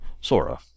Sora